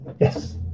Yes